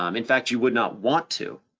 um in fact, you would not want to.